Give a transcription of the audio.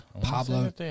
Pablo